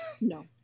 no